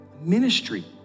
ministry